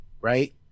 right